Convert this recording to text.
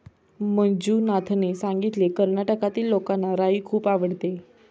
मंजुनाथने सांगितले, कर्नाटकातील लोकांना राई खूप आवडते